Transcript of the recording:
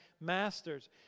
Masters